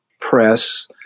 press